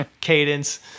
cadence